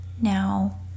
Now